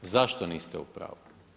Zašto niste u pravu?